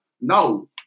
no